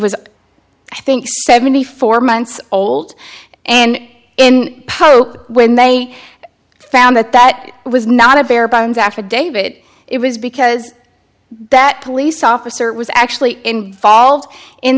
was i think seventy four months old and in when they found that that was not a bare bones affidavit it was because that police officer was actually involved in